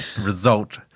result